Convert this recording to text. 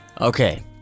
Okay